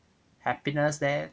happiness then